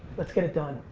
let's get it done.